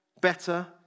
better